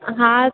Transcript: हा